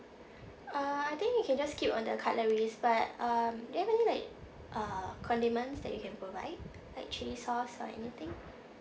uh I think you can just keep all the cutleries but um do you have any like uh condiments that you can provide like chili sauce or anything